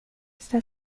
está